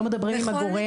לא מדברים עם הגורם.